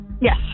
Yes